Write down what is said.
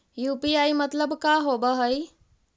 UPI मतलब का होब हइ?